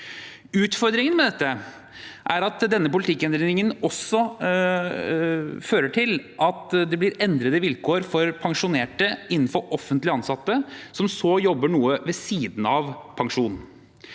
Utfordringen med dette er at denne politikkendringen også fører til at det blir endrede vilkår for pensjonerte offentlig ansatte som jobber noe ved siden av pensjonen.